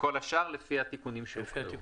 וכל השאר לפי התיקונים שהוקראו.